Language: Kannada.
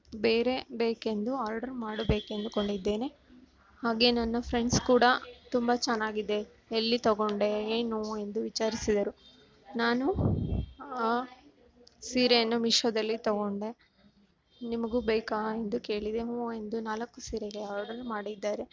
ಬೇರೆ ಬೇಕೆಂದು ಆರ್ಡ್ರ್ ಮಾಡಬೇಕೆಂದುಕೊಂಡಿದ್ದೇನೆ ಹಾಗೆ ನನ್ನ ಫ್ರೆಂಡ್ಸ್ ಕೂಡ ತುಂಬ ಚೆನ್ನಾಗಿದೆ ಎಲ್ಲಿ ತಗೊಂಡೆ ಏನು ಎಂದು ವಿಚಾರಿಸಿದರು ನಾನು ಆ ಸೀರೆಯನ್ನು ಮಿಶೋದಲ್ಲಿ ತಗೊಂಡೆ ನಿಮಗೂ ಬೇಕಾ ಎಂದು ಕೇಳಿದೆ ಹ್ಞೂ ಎಂದು ನಾಲ್ಕು ಸೀರೆಗೆ ಆರ್ಡ್ರ್ ಮಾಡಿದ್ದಾರೆ